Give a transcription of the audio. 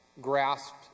grasped